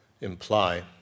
imply